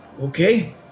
Okay